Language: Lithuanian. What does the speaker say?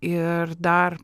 ir dar